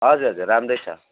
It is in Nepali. हजुर हजुर राम्रै छ